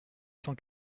cent